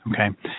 okay